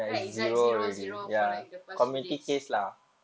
it's like zero zero for like the past few days lah